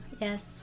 yes